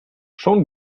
schon